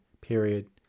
period